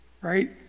right